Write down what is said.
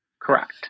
Correct